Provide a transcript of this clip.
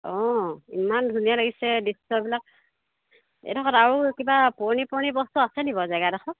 অঁ ইমান ধুনীয়া লাগিছে দৃশ্যবিলাক এইডোখৰত আৰু কিবা পুৰণি পুৰণি বস্তু আছে নিব জেগাডোখৰত